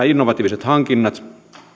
innovatiiviset hankinnat